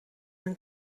een